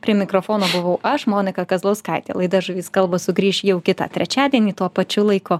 prie mikrofono buvau aš monika kazlauskaitė laida žuvys kalba sugrįš jau kitą trečiadienį tuo pačiu laiku